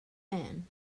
man